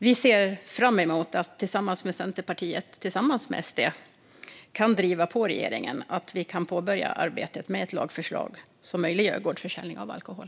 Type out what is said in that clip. Vi ser fram emot att vi tillsammans med Centerpartiet kan driva på regeringen att påbörja arbetet med ett lagförslag som möjliggör gårdsförsäljning av alkohol.